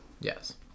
Yes